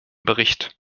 bericht